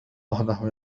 وحده